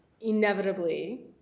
inevitably